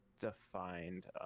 defined